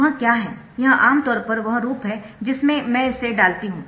वह क्या है यह आमतौर पर वह रूप है जिसमें मैं इसे डालती हूं